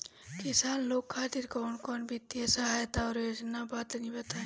किसान लोग खातिर कवन कवन वित्तीय सहायता और योजना बा तनि बताई?